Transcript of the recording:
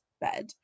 bed